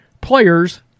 players